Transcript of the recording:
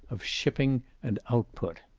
of shipping and output.